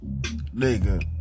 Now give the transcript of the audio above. Nigga